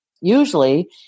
usually